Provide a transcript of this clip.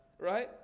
right